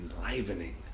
enlivening